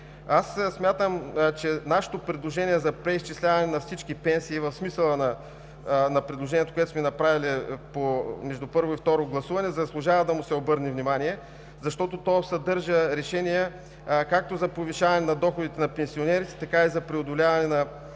Смятам, че нашето предложение за преизчисляване на всички пенсии в смисъла на предложението, което сме направили между първо и второ гласуване, заслужава да му се обърне внимание, защото съдържа решения както за повишаване на доходите на пенсионерите, така и за преодоляване на